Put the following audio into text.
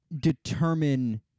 determine